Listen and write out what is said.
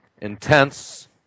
intense